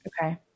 Okay